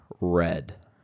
red